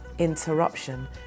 interruption